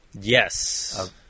Yes